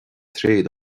tréad